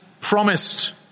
promised